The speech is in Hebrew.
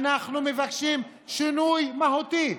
אנחנו מבקשים שינוי מהותי.